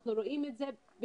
אנחנו רואים את זה בכמויות.